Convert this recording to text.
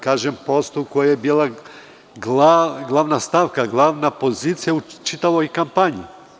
Kažem poslu, koji je bio glavna stavka, glavna pozicija u čitavoj kampanji.